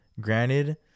granted